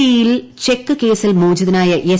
E യിൽ check കേസിൽ മോചിതനായ എസ്